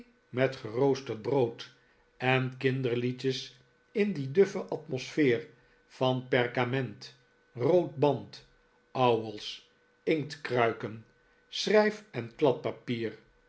met geroosterd brood en kinderliedjes in die duffe atmosfeer van perkament rood band ouwels inktkruiken schrijf en